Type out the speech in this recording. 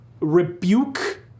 Rebuke